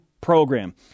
program